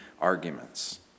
arguments